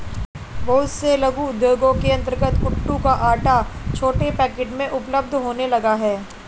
बहुत से लघु उद्योगों के अंतर्गत कूटू का आटा छोटे पैकेट में उपलब्ध होने लगा है